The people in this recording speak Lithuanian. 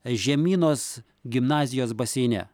žemynos gimnazijos baseine